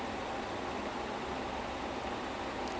then which [one] was lawyer I cannot remember